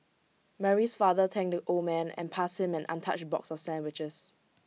Mary's father thanked the old man and passed him an untouched box of sandwiches